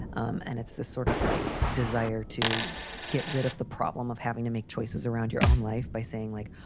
um and it's this sort of like desire to get rid of the problem of having to make choices around your own life by saying, like,